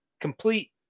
complete